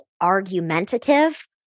argumentative